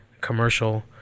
commercial